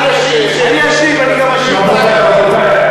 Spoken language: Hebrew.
אשיב לכם בסוף הדיון.